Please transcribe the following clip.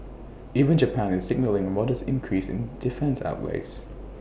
even Japan is signalling A modest increase in defence outlays